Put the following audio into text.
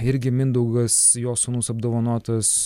irgi mindaugas jos sūnus apdovanotas